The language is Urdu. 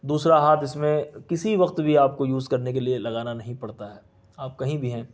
دوسرا ہاتھ اس میں کسی وقت بھی آپ کو یوز کرنے کے لیے لگانا نہیں پڑتا ہے آپ کہیں بھی ہیں